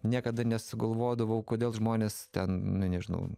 niekada nesugalvodavau kodėl žmonės ten nežinau